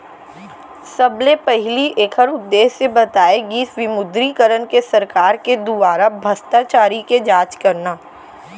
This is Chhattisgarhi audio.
सबले पहिली ऐखर उद्देश्य बताए गिस विमुद्रीकरन के सरकार के दुवारा भस्टाचारी के जाँच करना